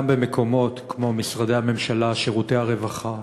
גם במקומות כמו משרדי הממשלה, שירותי הרווחה,